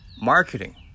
Marketing